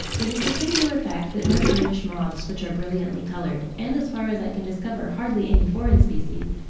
it is a singular fact that no british moths which are brilliantly coloured, and, as far as i can discover, hardly any foreign species,